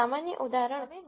સમાન ઉદાહરણ k 5 માટે